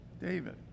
David